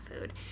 food